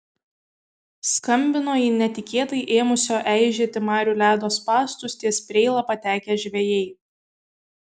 skambino į netikėtai ėmusio eižėti marių ledo spąstus ties preila patekę žvejai